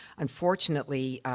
unfortunately,